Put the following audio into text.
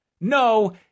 No